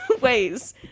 ways